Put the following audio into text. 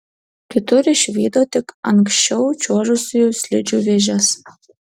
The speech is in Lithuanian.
kitur išvydo tik anksčiau čiuožusiųjų slidžių vėžes